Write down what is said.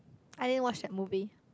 I didn't watch that movie